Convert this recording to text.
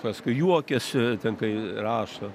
paskui juokiasi kai rašo